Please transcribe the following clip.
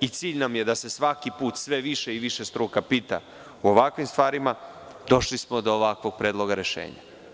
i cilj nam je da se svaki put sve više i više struka pita u ovakvim stvarima, došli smo do ovakvog predloga rešenja.